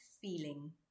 feeling